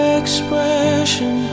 expression